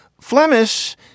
Flemish